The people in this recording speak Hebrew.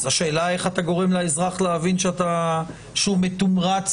השאלה איך אתה גורם לאזרח להבין שהוא מתומרץ